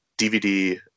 DVD